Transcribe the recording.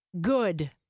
good